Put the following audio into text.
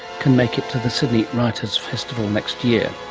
can make it to the sydney writers' festival next year,